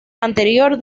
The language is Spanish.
anterior